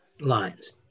lines